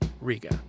Riga